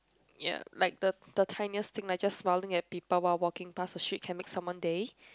ya like the the tiniest thing like just smiling at people while walking pass a street can make someone day